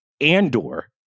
Andor